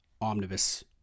Omnibus